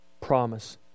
promise